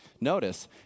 Notice